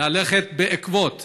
ללכת בעקבות